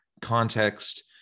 context